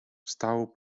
wstał